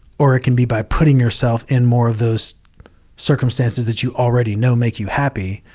or it can be by putting yourself in more of those circumstances that you already know, make you happy.